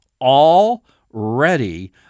already